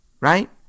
right